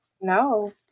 No